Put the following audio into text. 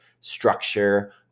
structure